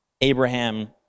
Abraham